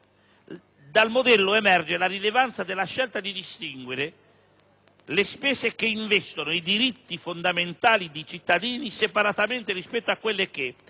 dal modello emerge la rilevanza della scelta di distinguere le spese che investono i diritti fondamentali di cittadini separatamente rispetto a quelle che,